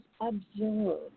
observe